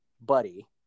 buddy